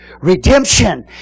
Redemption